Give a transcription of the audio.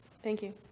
thank you.